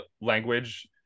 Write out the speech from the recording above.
language